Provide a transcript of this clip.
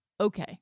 Okay